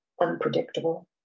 unpredictable